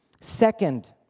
Second